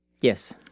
Yes